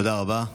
תודה רבה.